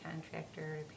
contractor